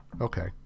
Okay